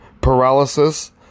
Paralysis